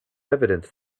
evidence